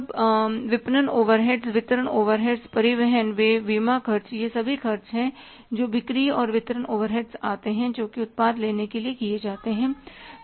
सब विपणन ओवरहेड्स वितरण ओवरहेड्स परिवहन व्यय बीमा खर्च ये सभी खर्च हैं जो बिक्री और वितरण ओवरहेड्स आते हैं जो कि उत्पाद लेने के लिए किए जाते हैं